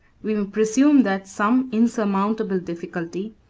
we may presume that some insurmountable difficulty,